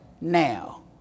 now